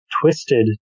twisted